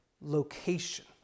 location